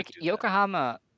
Yokohama